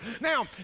Now